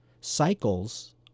Cycles